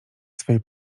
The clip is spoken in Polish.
swej